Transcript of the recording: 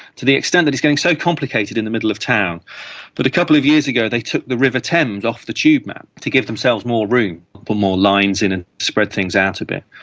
to the extent that it's getting so complicated in the middle of town that but a couple of years ago they took the river thames off the tube map to give themselves more room but more lines in and spread things out a bit.